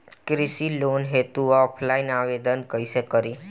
कृषि लोन हेतू ऑफलाइन आवेदन कइसे करि?